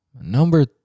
number